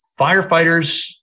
firefighters